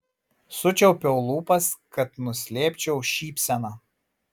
sučiaupiau lūpas kad nuslėpčiau šypseną